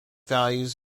values